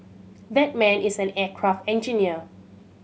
that man is an aircraft engineer